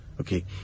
Okay